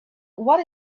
what